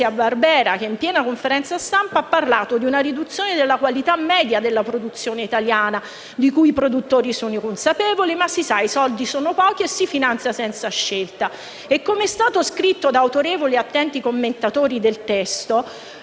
Barbera, il quale, in piena conferenza stampa, ha parlato di riduzione della qualità media della produzione italiana, di cui i produttori sono consapevoli, ma - si sa - i soldi sono pochi e si finanzia senza scelta. Come è stato scritto da autorevoli e attenti commentatori del testo,